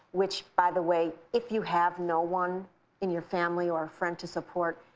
which, by the way, if you have no one in your family or a friend to support,